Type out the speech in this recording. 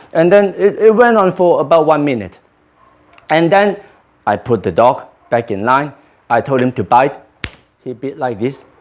and then it it went on for about one minute and them i put the dog back in line i told him to bite he bit like this,